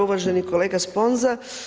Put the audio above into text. Uvaženi kolega Sponza.